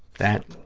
that,